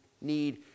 need